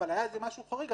אבל היה משהו חריג,